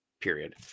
period